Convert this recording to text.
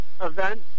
event